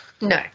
No